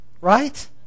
Right